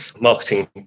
marketing